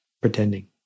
pretending